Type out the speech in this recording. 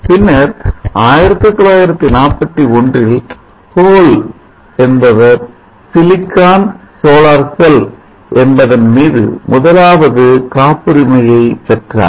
பின்னர் 1941இல் Ohl என்பவர் சிலிக்கான் சோலார் செல் என்பதன் மீது முதலாவது காப்புரிமையைப் பெற்றார்